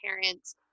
parents